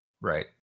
Right